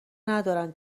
ندارن